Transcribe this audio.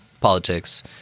politics